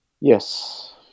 Yes